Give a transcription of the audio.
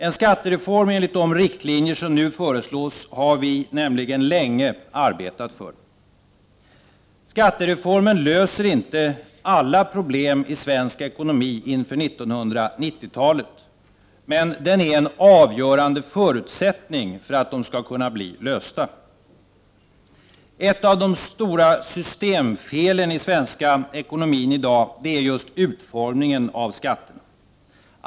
En skattereform enligt de riktlinjer som nu föreslås har vi länge arbetat för. Skattereformen löser inte alla problem i svensk ekonomi inför 1990-talet, men den är en avgörande förutsättning för att de skall kunna bli lösta. Ett av de stora systemfelen i den svenska ekonomin i dag är just utformningen av skatterna.